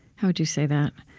how would you say that?